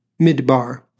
Midbar